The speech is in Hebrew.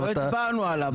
לא הצבענו עליו.